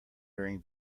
during